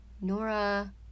Nora